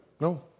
No